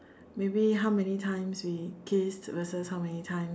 maybe how many times we kissed versus how many times